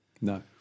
No